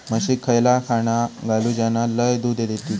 म्हशीक खयला खाणा घालू ज्याना लय दूध देतीत?